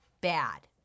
Bad